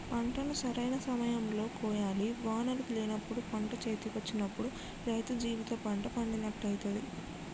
పంటను సరైన సమయం లో కోయాలి వానలు లేనప్పుడు పంట చేతికొచ్చినప్పుడు రైతు జీవిత పంట పండినట్టయితది